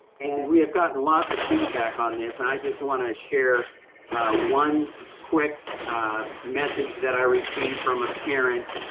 and we have gotten lots of feedback on this, and i just wanna share one quick message that i received from a parent.